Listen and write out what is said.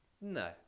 No